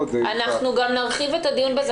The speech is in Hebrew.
אנחנו גם נרחיב את הדיון בזה,